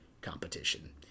competition